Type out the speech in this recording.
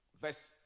verse